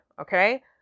Okay